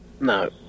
No